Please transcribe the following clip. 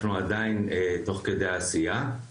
אנחנו עדיין תוך כדי עשייה.